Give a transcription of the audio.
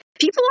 People